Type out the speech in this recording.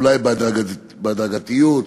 אולי בהדרגתיות,